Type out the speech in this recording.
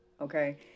Okay